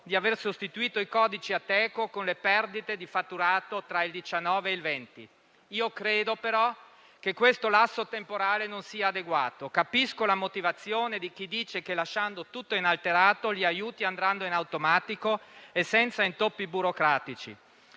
di aver sostituito i codici Ateco con le perdite di fatturato tra il 2019 e il 2020. Credo però che questo lasso temporale non sia adeguato. Capisco la motivazione di chi dice che, lasciando tutto inalterato, gli aiuti andranno in automatico e senza intoppi burocratici,